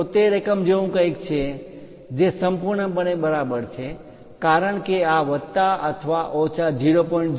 73 એકમ જેવું કંઈક છે જે સંપૂર્ણ રીતે બરાબર છે કારણ કે આ વત્તા અથવા ઓછા 0